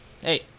hey